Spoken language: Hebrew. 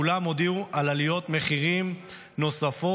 כולן הודיעו על עליות מחירים נוספות,